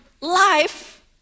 life